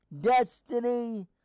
Destiny